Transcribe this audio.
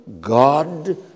God